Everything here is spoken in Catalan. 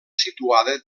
situada